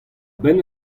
benn